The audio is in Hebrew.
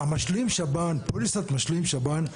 פוליסת משלים שב"ן,